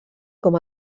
com